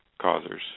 causers